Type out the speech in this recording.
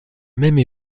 même